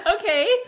Okay